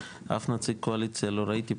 אף נציג קואליציה לא ראיתי פה,